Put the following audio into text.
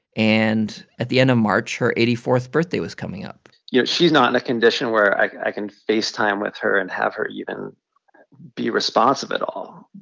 and at the end of march, her eighty fourth birthday was coming up you know, she's not in a condition where i can i can facetime with her and have her even be responsive at all.